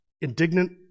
indignant